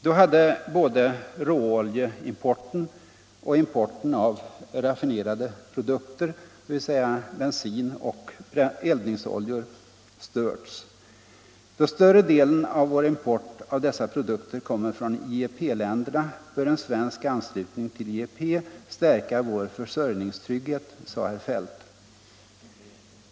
Då hade både råoljeimporten och importen av raffinerade produkter, dvs. bensin och eldningsoljor, störts. ”Då större delen av vår import av dessa produkter kommer från IEP-länderna, bör en svensk anslutning till IEP stärka vår försörjningstrygghet”, sade herr Feldt.